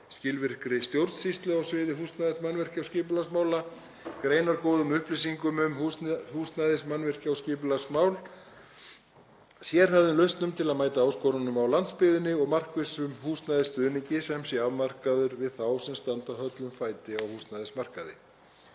skilvirka stjórnsýslu á sviði húsnæðis-, mannvirkja- og skipulagsmála, greinargóðar upplýsingar um húsnæðis-, mannvirkja- og skipulagsmál, sérhæfðar lausnir til að mæta áskorunum á landsbyggðinni og markvissan húsnæðisstuðning sem er afmarkaður við þá sem standa höllum fæti á húsnæðismarkaði.